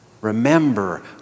Remember